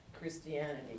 Christianity